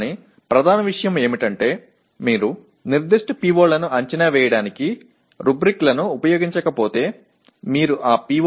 ஆனால் முக்கிய விஷயம் என்னவென்றால் குறிப்பிட்ட PO க்களை மதிப்பீடு செய்ய அல்லது சேர்க்க நீங்கள் ருப்ரிக்ஸைப் பயன்படுத்தாவிட்டால் அந்த பி